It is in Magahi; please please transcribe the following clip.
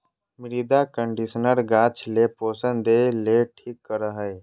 मृदा कंडीशनर गाछ ले पोषण देय ले ठीक करे हइ